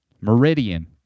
Meridian